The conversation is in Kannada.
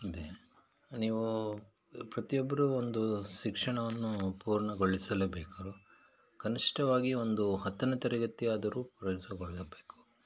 ಇದೆ ನೀವು ಪ್ರತಿಯೊಬ್ಬರೂ ಒಂದು ಶಿಕ್ಷಣವನ್ನು ಪೂರ್ಣಗೊಳಿಸಲೇಬೇಕು ಕನಿಷ್ಠವಾಗಿ ಒಂದು ಹತ್ತನೆ ತರಗತಿಯಾದರೂ ಪೂರೈಸಿಕೊಳ್ಳಬೇಕು